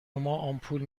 آمپول